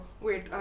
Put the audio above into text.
Wait